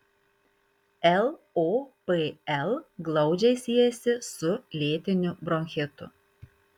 lopl glaudžiai siejasi su lėtiniu bronchitu